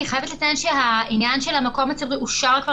אני חייבת לציין שהעניין של המקום הציבורי אושר כבר